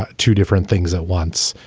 two different things at once.